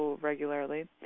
regularly